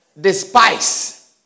despise